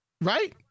Right